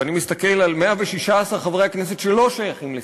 ואני מסתכל על 116 חברי הכנסת שלא שייכים לסיעתי,